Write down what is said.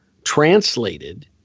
Translated